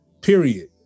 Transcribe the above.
period